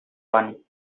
won